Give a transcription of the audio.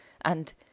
and—